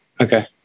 Okay